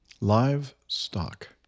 Livestock